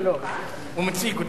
הוא מציג אותה,